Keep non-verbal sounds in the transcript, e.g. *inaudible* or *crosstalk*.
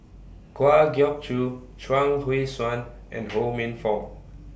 Kwa Geok Choo Chuang Hui Tsuan and *noise* Ho Minfong